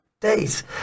days